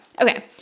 Okay